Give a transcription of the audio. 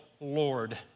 Lord